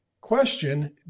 Question